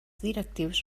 directius